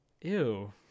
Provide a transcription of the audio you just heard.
Ew